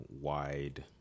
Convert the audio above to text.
wide